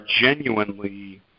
genuinely